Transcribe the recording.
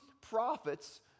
prophets